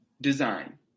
design